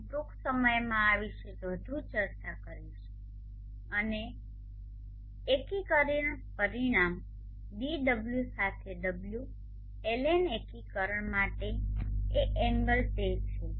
હું ટૂંક સમયમાં આ વિશે વધુ ચર્ચા કરીશ અને એકીકરણ પરિમાણ dω સાથે ω LN એકીકરણ માટે એ એંગલ તે છે